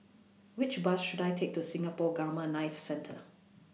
Which Bus should I Take to Singapore Gamma Knife Centre